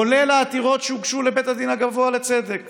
כולל העתירות שהוגשו לבית המשפט הגבוה לצדק